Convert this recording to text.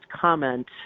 comment